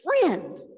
friend